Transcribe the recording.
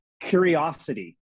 Curiosity